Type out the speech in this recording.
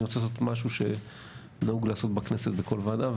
רוצה לעשות משהו שנהוג לעשות בכנסת בכל ועדה,